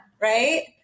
right